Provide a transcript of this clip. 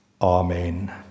Amen